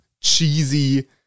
cheesy